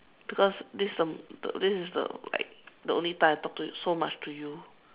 because this the m~ the this is the like the only time I talk to so much to you